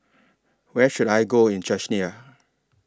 Where should I Go in Czechia